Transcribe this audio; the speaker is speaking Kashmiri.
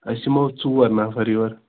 أسۍ یِمو ژور نَفَر یورٕ